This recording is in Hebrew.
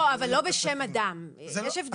אבל לא בשם אדם, יש הבדל.